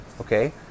okay